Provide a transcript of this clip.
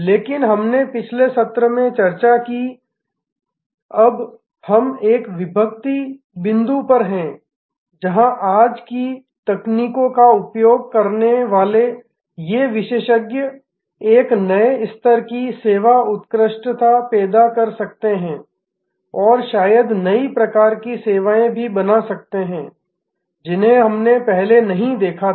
लेकिन हमने पिछले सत्र में चर्चा की कि अब हम एक विभक्ति बिंदु पर हैं जहाँ आज की तकनीकों का उपयोग करने वाले ये विशेषज्ञ एक नए स्तर की सेवा उत्कृष्टता पैदा कर सकते हैं और शायद नई प्रकार की सेवाएँ भी बना सकते हैं जिन्हें हमने पहले नहीं देखा था